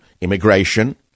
immigration